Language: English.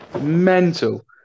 Mental